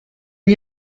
n’y